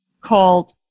called